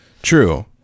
True